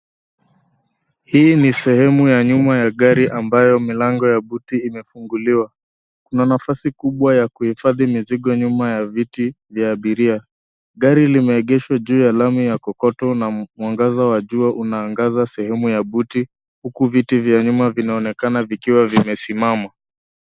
Hii ni sehemu ya nyuma ya gari ambayo milango ya buti imefunguliwa. Kuna nafasi kubwa ya kuhifadhi mizigo nyuma ya viti vya abiria. Gari limeegeshwa juu ya lami ya kokoto na mwangaza wa jua unaangaza sehemu ya buti, huku viti vya nyuma vinaonekana vikiwa vimesimama.